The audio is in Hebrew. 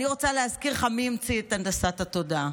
אני רוצה להזכיר לך מי המציא את הנדסת התודעה.